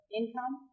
income